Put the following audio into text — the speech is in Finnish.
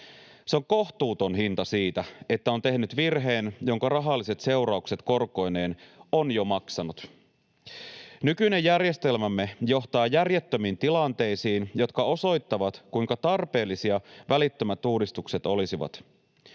Se on kohtuuton hinta siitä, että on tehnyt virheen, jonka rahalliset seuraukset korkoineen on jo maksanut. Nykyinen järjestelmämme johtaa järjettömiin tilanteisiin, jotka osoittavat, kuinka tarpeellisia välittömät uudistukset olisivat.